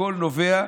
הכול נובע,